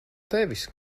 tevis